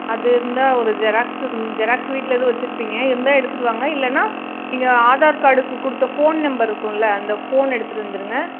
அது இருந்தால் ஒரு ஜெராக்ஸ் இருந் ஜெராக்ஸ் வீட்டில் எதுவும் வெச்சுருப்பீங்க இருந்தால் எடுத்துகிட்டு வாங்க இல்லைன்னா நீங்கள் ஆதார் கார்டுக்கு கொடுத்த ஃபோன் நெம்பர் இருக்குல்லை அந்த ஃபோனை எடுத்துகிட்டு வந்துடுங்க